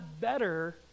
better